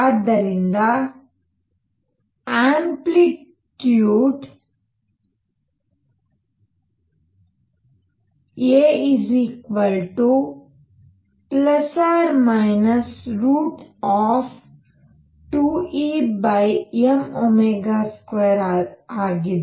ಆದ್ದರಿಂದ amplitude A√2Em2 ಆಗಿದೆ